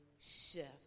shift